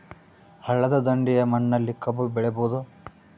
ಹಳ್ಳದ ದಂಡೆಯ ಮಣ್ಣಲ್ಲಿ ಕಬ್ಬು ಬೆಳಿಬೋದ?